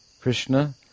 Krishna